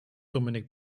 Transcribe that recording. dominik